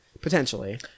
potentially